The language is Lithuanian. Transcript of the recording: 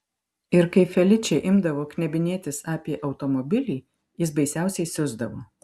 ir kai feličė imdavo knebinėtis apie automobilį jis baisiausiai siusdavo